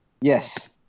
Yes